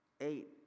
eight